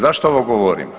Zašto ovo govorim?